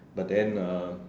but then uh